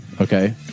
Okay